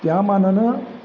त्यामानानं